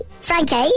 Frankie